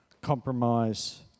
compromise